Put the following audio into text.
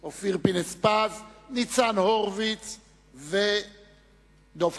אני מזמין את חבר הכנסת אופיר פינס-פז לבוא ולהציג